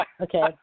Okay